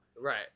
Right